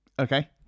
okay